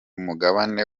mugabane